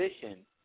position